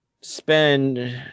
spend